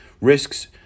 risks